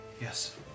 Yes